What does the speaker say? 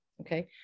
okay